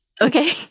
Okay